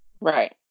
Right